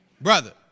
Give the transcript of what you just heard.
brother